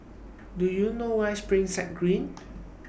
Do YOU know Where IS Springside Green